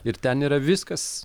ir ten yra viskas